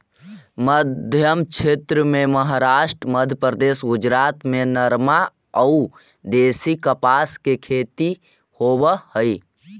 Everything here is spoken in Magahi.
मध्मक्षेत्र में महाराष्ट्र, मध्यप्रदेश, गुजरात में नरमा अउ देशी कपास के खेती होवऽ हई